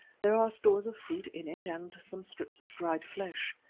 there are stores of fruit in it and some strips of dried flesh.